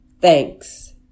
Thanks